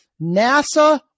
NASA